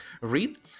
read